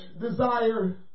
desire